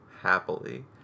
happily